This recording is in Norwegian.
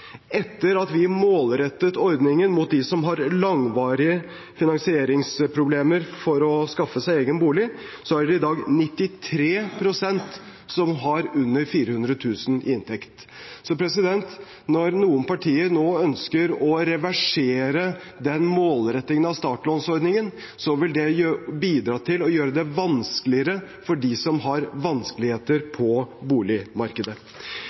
Etter at vi målrettet ordningen mot dem som har langvarige finansieringsproblemer og vanskelig for å skaffe seg egen bolig, er det i dag 93 pst. som har under 400 000 kr i inntekt. Når noen partier nå ønsker å reversere den målrettingen av startlånsordningen, vil det bidra til å gjøre det vanskeligere for dem som har vanskeligheter på boligmarkedet.